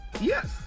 Yes